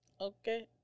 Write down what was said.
okay